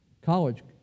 college